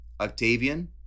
Octavian